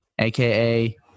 aka